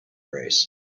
race